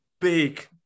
big